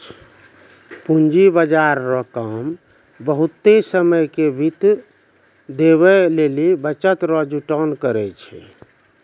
पूंजी बाजार रो काम बहुते समय के वित्त देवै लेली बचत रो जुटान करै छै